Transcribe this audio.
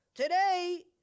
Today